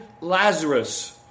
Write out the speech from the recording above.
Lazarus